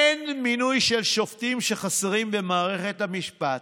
אין מינוי של שופטים שחסרים במערכת המשפט,